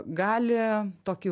gali tokį